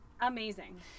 Amazing